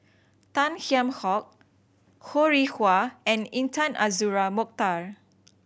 Tan Kheam Hock Ho Rih Hwa and Intan Azura Mokhtar